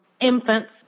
infants